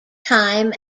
time